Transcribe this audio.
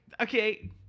Okay